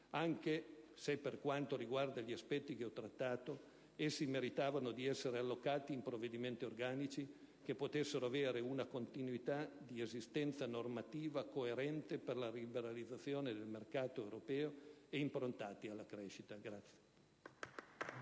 anche se gli aspetti che ho trattato meritavano di essere allocati in provvedimenti organici che potessero avere una continuità di esistenza normativa coerente con la liberalizzazione del mercato europeo e fossero improntati alla crescita.